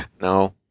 No